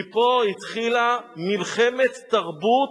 מפה התחילה מלחמת תרבות,